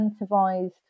incentivized